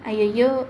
!aiyoyo!